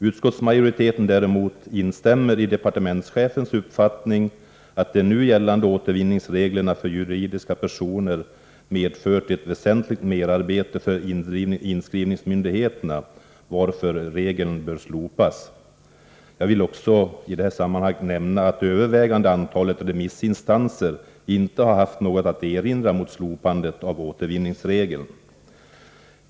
Utskottsmajoriteten däremot instämmer i departementschefens uppfattning att de nu gällande återvinningsreglerna för juridiska personer medfört ett väsentligt merarbete för inskrivningsmyndigheterna, varför regeln bör slopas. Jag vill i detta sammanhang också nämna att övervägande antalet remissinstanser inte har haft något att erinra mot slopandet av återvinningsregeln.